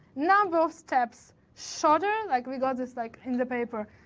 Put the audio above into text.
number of steps, shorter, like we got this like in the paper.